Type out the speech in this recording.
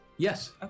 Yes